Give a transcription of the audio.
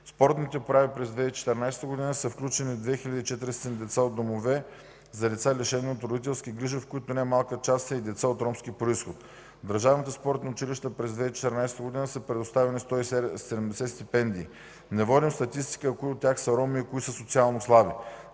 спортните прояви през 2014 г. са включени 2400 деца от домове за деца, лишени от родителски грижи, в които немалка част са и деца от ромски произход. На държавните спортни училища през 2014 г. са предоставени 170 стипендии. Не водим статистика кои от тях са роми и кои са социално слаби.